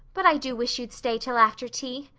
but i do wish you'd stay till after tea.